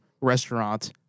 restaurant